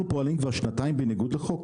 אנחנו פועלים כבר שנתיים בניגוד לחוק,